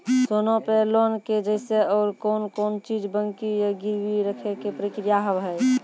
सोना पे लोन के जैसे और कौन कौन चीज बंकी या गिरवी रखे के प्रक्रिया हाव हाय?